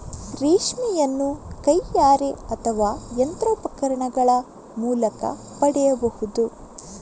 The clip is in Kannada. ರೇಷ್ಮೆಯನ್ನು ಕೈಯಾರೆ ಅಥವಾ ಯಂತ್ರೋಪಕರಣಗಳ ಮೂಲಕ ಪಡೆಯಬಹುದು